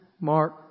Mark